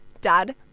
Dad